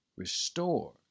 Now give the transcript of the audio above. Restore